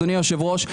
אדוני היושב-ראש,